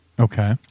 Okay